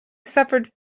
suffered